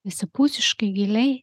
visapusiškai giliai